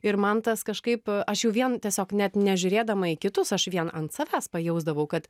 ir man tas kažkaip aš jau vien tiesiog net nežiūrėdama į kitus aš vien ant savęs pajausdavau kad